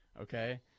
okay